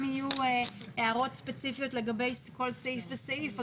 אם יהיו הערות ספציפיות לגבי כל סעיף וסעיף,